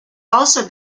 also